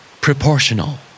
Proportional